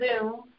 zoom